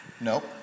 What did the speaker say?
Nope